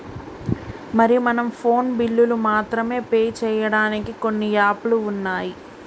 మరి మనం ఫోన్ బిల్లులు మాత్రమే పే చేయడానికి కొన్ని యాప్లు ఉన్నాయి